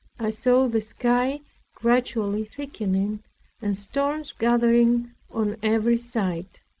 i saw the sky gradually thickening and storms gathering on every side.